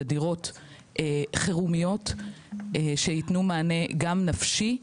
זה דירות חHרומיות שיתנו מענה גם נפשי,